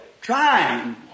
Trying